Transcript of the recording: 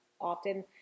often